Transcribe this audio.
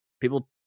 people